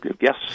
yes